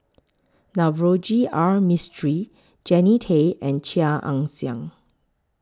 Navroji R Mistri Jannie Tay and Chia Ann Siang